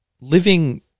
Living